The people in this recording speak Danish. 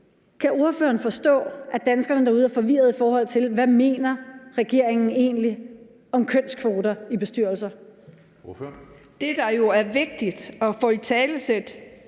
Kan ordføreren forstå, at danskerne derude er forvirrede, i forhold til hvad regeringen egentlig mener om kønskvoter i bestyrelser? Kl. 14:39 Tredje næstformand